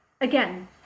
Again